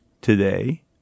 today